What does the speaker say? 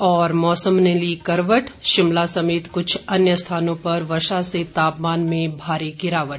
और मौसम ने ली करवट शिमला समेत क्छ अन्य स्थानों पर वर्षा से तापमान में भारी गिरावट